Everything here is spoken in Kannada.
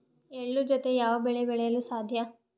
ಎಳ್ಳು ಜೂತೆ ಯಾವ ಬೆಳೆ ಬೆಳೆಯಲು ಸಾಧ್ಯ?